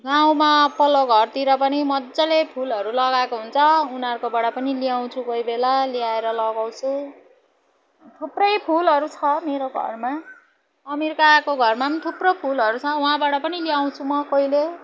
गाउँमा पल्लो घरतिर पनि मजाले फुलहरू लगाएको हुन्छ उनीहरूकोबाट पनि ल्याउँछु कोही बेला ल्याएर लगाउँछु थुप्रै फुलहरू छ मेरो घरमा अमीर काकाको घरमा पनि थुप्रो फुलहरू छ वहाँबाट पनि ल्याउँछु म कहिले